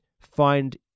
find